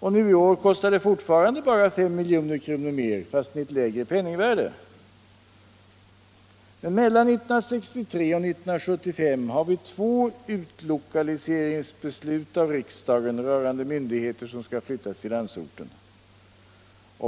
Nu i år kostar det fortfarande bara 5 milj.kr. mer fastän i ett lägre penningvärde. Mellan 1963 och 1975 har riksdagen fattat två utlokaliseringsbeslut av myndigheter till landsorten.